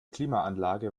klimaanlage